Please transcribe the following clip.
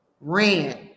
ran